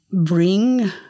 bring